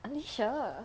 alicia